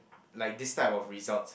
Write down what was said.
like this type of results